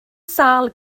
sâl